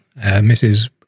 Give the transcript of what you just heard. Mrs